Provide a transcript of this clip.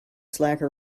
slacker